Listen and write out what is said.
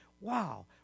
Wow